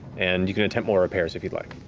and you can attempt more repairs, if you'd like.